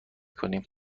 کنیم